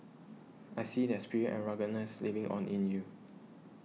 I see their spirit and ruggedness living on in you